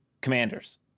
Commanders